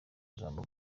ijambo